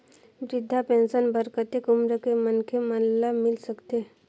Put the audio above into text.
वृद्धा पेंशन बर कतेक उम्र के मनखे मन ल मिल सकथे?